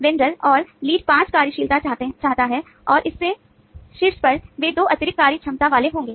vendor और lead 5 कार्यशीलता चाहता है और इसके शीर्ष पर वे 2 अतिरिक्त कार्यक्षमता वाले होंगे